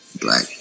black